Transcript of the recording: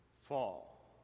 fall